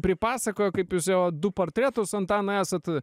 pripasakojo kaip jūs jo du portretus antanai esat